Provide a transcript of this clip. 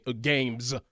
games